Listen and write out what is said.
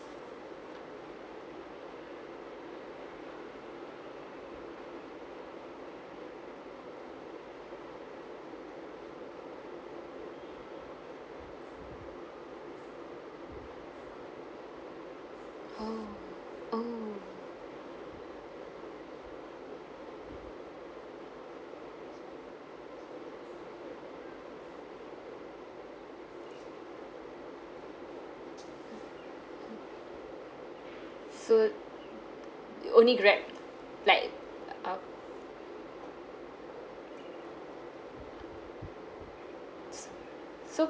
oh oh so only Grab like um so